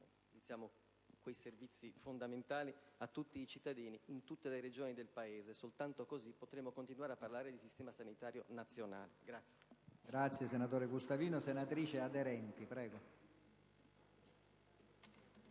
offrire i servizi fondamentali a tutti i cittadini, in tutte le Regioni del Paese: soltanto così potremo continuare a parlare di Sistema sanitario nazionale.